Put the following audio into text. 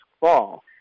fall